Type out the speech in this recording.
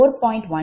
1690